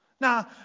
Now